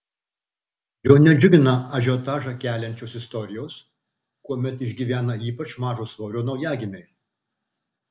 jo nedžiugina ažiotažą keliančios istorijos kuomet išgyvena ypač mažo svorio naujagimiai